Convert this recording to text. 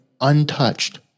untouched